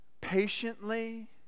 patiently